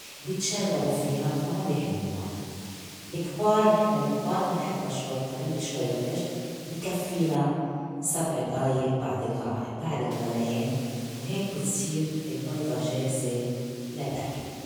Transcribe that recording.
بيتشردئوا فيها فا ما بي حبّوا، الكبار- نحن الكبار منحبّا شوي طريّة شوي برشت بي كفّينا سبع دقايق بعد- إلغا- بعد الغليان وهيك بتصير البيضة جاهزة للأكل.